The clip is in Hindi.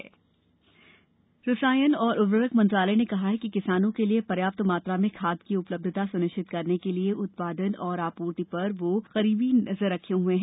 सरकार उर्वरक रसायन और उर्वरक मंत्रालय ने कहा है कि किसानों के लिए पर्याप्त मात्रा में खाद की उपलब्धता स्निश्चित करने के लिए उत्पादन और आपूर्ति पर वह करीबी नजर रखे हए है